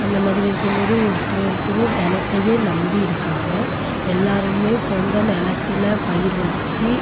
அந்த மாதிரி இருக்கும் போது ஒருத்தர் ஒருத்தரும் நிலத்தையே நம்பி இருக்காங்க எல்லோருமே சொந்த நிலத்துல பயிர் வச்சு